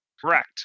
Correct